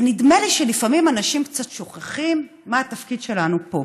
ונדמה לי שלפעמים אנשים קצת שוכחים מה התפקיד שלנו פה,